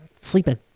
sleeping